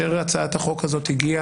פשוט ברוך השם לא הצלחתם להעביר